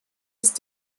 ist